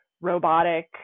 robotic